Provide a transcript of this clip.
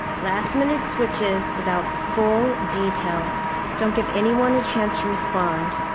last minute switches without full detail don't give anyone a chance to respond.